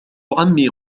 عمي